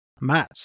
Matt